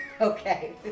Okay